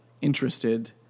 interested